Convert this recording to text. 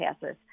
passes